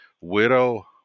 Widow